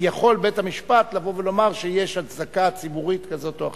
יכול בית-המשפט לבוא ולומר שיש הצדקה ציבורית כזאת או אחרת.